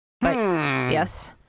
yes